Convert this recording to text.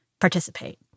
participate